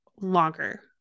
longer